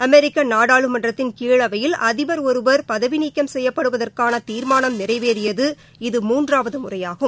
அமெரிக்க நாடாளுமன்றத்தின் கீழவையில் அதிபர் ஒருவர் பதவி நீக்கம் செய்யப்படுவதற்கான தீர்மானம் நிறைவேறியது இது மூன்றாவது முறையாகும்